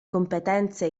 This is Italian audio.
competenze